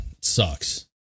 sucks